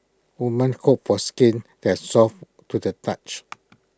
women hope for skin that is soft to the touch